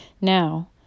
Now